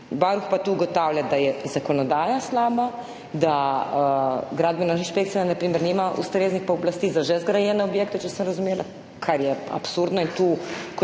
Varuh pa tu ugotavlja, da je zakonodaja slaba, da gradbena inšpekcija na primer nima ustreznih pooblastil za že zgrajene objekte, če sem razumela, kar je absurdno, in tu